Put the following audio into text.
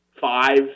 five –